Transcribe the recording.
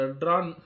drawn